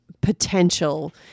potential